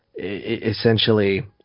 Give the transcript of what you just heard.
essentially